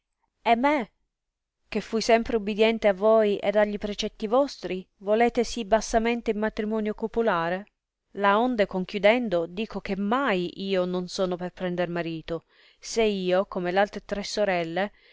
e me che fui sempre ubidiente a voi ed a gli precetti vostri volete sì bassamente in matrimonio copulare laonde conchiudendo dico che mai io non sono per prender marito se io come altre tre sorelle